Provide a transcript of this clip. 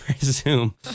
resume